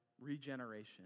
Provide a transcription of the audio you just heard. regeneration